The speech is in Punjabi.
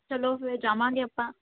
ਚਲੋ ਫਿਰ ਜਾਵਾਂਗੇ ਆਪਾਂ